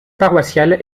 paroissiale